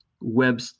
web